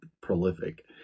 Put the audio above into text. prolific